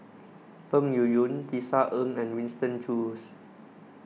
Peng Yuyun Tisa Ng and Winston Choos